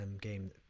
game